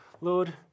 Lord